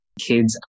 kids